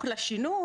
גם ללשכה בירושלים,